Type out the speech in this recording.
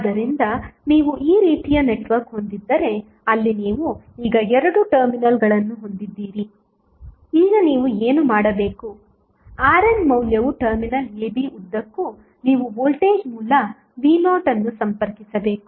ಆದ್ದರಿಂದ ನೀವು ಈ ರೀತಿಯ ನೆಟ್ವರ್ಕ್ ಹೊಂದಿದ್ದರೆ ಅಲ್ಲಿ ನೀವು ಈಗ 2 ಟರ್ಮಿನಲ್ಗಳನ್ನು ಹೊಂದಿದ್ದೀರಿ ಈಗ ನೀವು ಏನು ಮಾಡಬೇಕು RN ಮೌಲ್ಯವು ಟರ್ಮಿನಲ್ ab ಉದ್ದಕ್ಕೂ ನೀವು ವೋಲ್ಟೇಜ್ ಮೂಲ v0 ಅನ್ನು ಸಂಪರ್ಕಿಸಬೇಕು